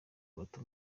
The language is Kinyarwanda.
bato